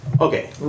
Okay